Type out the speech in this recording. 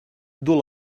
duu